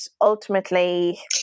ultimately